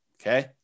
Okay